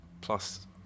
Plus